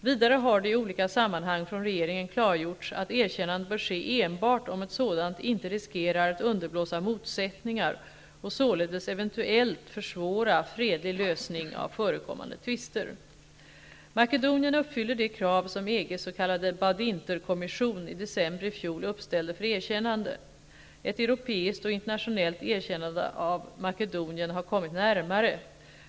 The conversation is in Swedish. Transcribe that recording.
Vidare har det i olika sammanhang från regeringen klargjorts att erkännande bör ske enbart om ett sådant inte riskerar att underblåsa motsättningar och således eventuellt försvåra fredlig lösning av förekommande tvister. Makedonien uppfyller de krav som EG:s s.k. Badinter-kommission i december i fjol uppställde för erkännande. Ett europeiskt och internationellt erkännande av Makedonien har kommit närmare.